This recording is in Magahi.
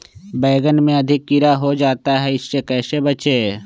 बैंगन में अधिक कीड़ा हो जाता हैं इससे कैसे बचे?